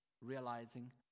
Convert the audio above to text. realizing